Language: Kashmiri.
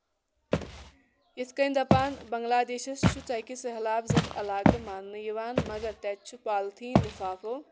یِتھ کَنۍ دَپان بنگلہ دیشس چھُ ژَکہِ سہلاب زد علاقہٕ ماننہٕ یِوان مَگر تَتہِ چھُ پالیٖتھیٖن لِفافو